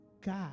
God